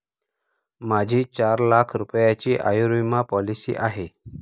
माझी चार लाख रुपयांची आयुर्विमा पॉलिसी आहे